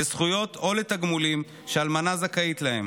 לזכויות או לתגמולים שאלמנה זכאית להם,